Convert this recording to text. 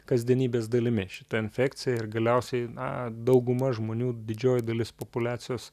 kasdienybės dalimi šita infekcija ir galiausiai na dauguma žmonių didžioji dalis populiacijos